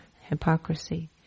hypocrisy